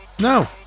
no